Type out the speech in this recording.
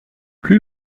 plus